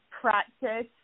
practice